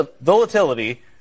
volatility